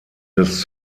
des